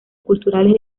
culturales